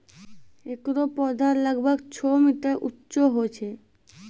एकरो पौधा लगभग छो मीटर उच्चो होय छै